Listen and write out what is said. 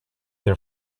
your